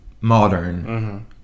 modern